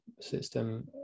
system